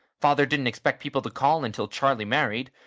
father didn't expect people to call until charlie married,